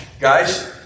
Guys